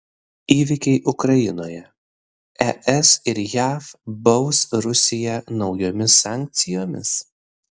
įvykiai ukrainoje es ir jav baus rusiją naujomis sankcijomis